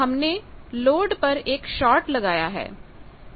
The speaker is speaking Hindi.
हमने लोड पर एक शार्ट लगाया है